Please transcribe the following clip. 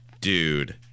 dude